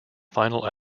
final